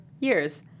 Years